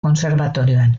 kontserbatorioan